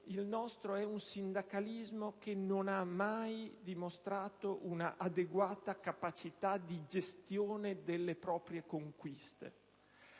«Il nostro è un sindacalismo... che non ha mai dimostrato un'adeguata capacità di gestione delle proprie "conquiste"